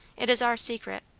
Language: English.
it is our secret.